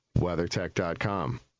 WeatherTech.com